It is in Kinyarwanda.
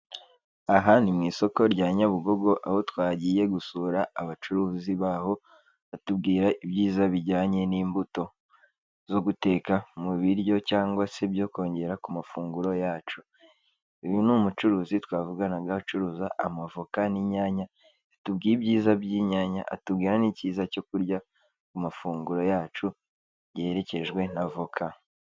Aha ni mu isoko rya Nyabugogo aho twagiye gusura abacuruzi baho, batubwira ibyiza bijyanye n'imbuto zo guteka mu biryo cyangwa se byo kongera ku mafunguro yacu. Uyu ni umucuruzi twavuganaga ucuruza amavoka n'inyanya, yatubwiye ibyiza by'inyanya, atubwiye n'icyiza cyo kurya ku mafunguro yacu yaherekejwe na voka.